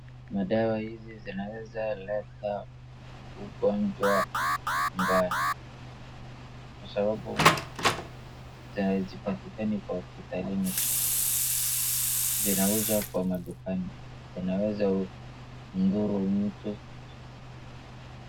Madawa hizi zinaweza leta ugonjwa mbaya kwa sababu hazipatikani kwa hosipitalini, zinauzwa kwa madukani. sinaweza mdhuru mtu